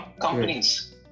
companies